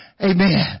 amen